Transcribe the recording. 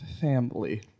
family